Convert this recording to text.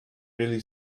really